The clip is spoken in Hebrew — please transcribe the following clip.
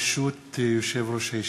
ברשות יושב-ראש הישיבה,